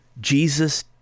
Jesus